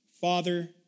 Father